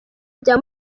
bya